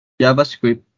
JavaScript